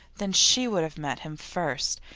then she would have met him first,